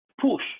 push